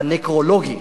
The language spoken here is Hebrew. הנקרולוגי